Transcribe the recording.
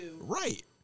right